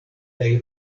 kaj